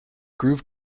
groove